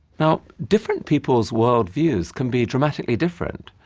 now, different people's worldviews can be dramatically different.